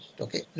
okay